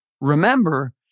Remember